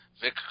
Vic